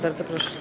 Bardzo proszę.